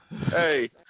hey